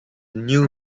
new